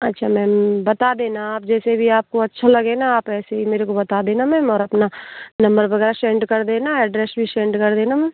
अच्छा मैम बता देना आप जैसे भी आपको अच्छा लगे ना आप ऐसे ही मेरे को बता देना मैम और अपना नंबर वगैरह शेंड कर देना एड्रैश भी शेंड कर देना